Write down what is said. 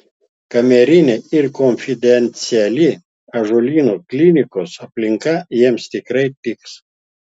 kamerinė ir konfidenciali ąžuolyno klinikos aplinka jiems tikrai tiks